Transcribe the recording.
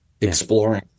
exploring